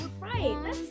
Right